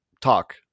talk